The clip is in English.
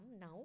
now